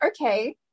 okay